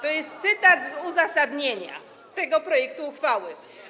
To jest cytat z uzasadnienia tego projektu uchwały.